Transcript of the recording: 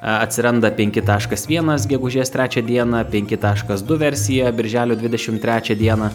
atsiranda penki taškas vienas gegužės trečią dieną penki taškas du versija birželio dvidešimt trečią dieną